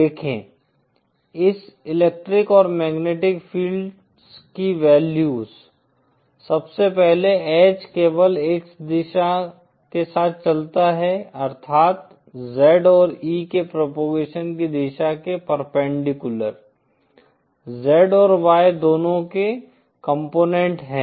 देखें इस इलेक्ट्रिक और मैग्नेटिक फ़ील्ड्स की वैल्यूज सबसे पहले H केवल X दिशा के साथ चलता है अर्थात Z और E के प्रोपोगेशन की दिशा के परपेंडिकुलर Z और Y दोनों के कॉम्पोनेन्ट हैं